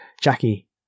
Jackie